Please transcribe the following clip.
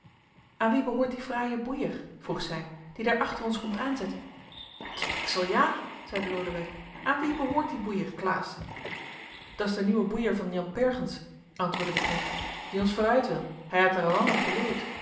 aan wien behoort die fraaie boeier vroeg zij die daar achter ons komt aanzetten te deksel ja zeide lodewijk aan wien behoort die boeier klaas dat is de nieuwe boeier van jan pergens antwoordde de knecht die ons vooruit wil hij heit er